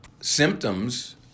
symptoms